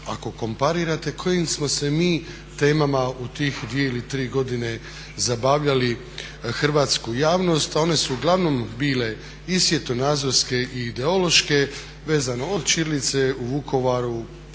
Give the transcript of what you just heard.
ako komparirate kojim smo se mi temama u tih 2 ili 3 godine zabavljali hrvatsku javnost. A one su uglavnom bile i svjetonazorske i ideološke. Vezano od ćirilice u Vukovaru,